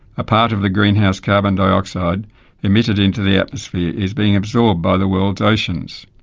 a part of the greenhouse carbon dioxide emitted into the atmosphere is being absorbed by the world's oceans.